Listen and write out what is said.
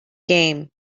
game